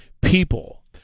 people